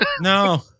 No